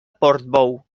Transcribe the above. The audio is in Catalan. portbou